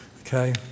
Okay